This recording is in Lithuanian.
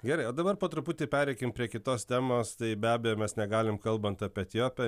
gerai o dabar po truputį pereikim prie kitos temos tai be abejo mes negalim kalbant apie etiopiją